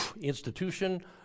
institution